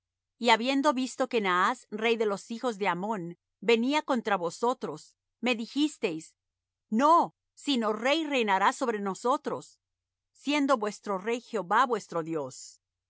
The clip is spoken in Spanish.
y habiendo visto que naas rey de lo hijos de ammón venía contra vosotros me dijisteis no sino rey reinará sobre nosotros siendo vuestro rey jehová vuestro dios